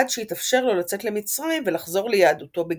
עד שהתאפשר לו לצאת למצרים ולחזור ליהדותו בגלוי.